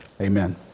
Amen